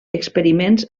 experiments